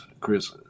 Chris